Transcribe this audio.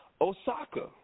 Osaka